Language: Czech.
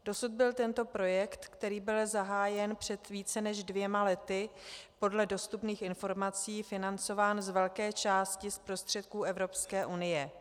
Dosud byl tento projekt, který byl zahájen před více než dvěma lety, podle dostupných informací financován z velké části z prostředků Evropské unie.